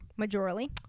Majorly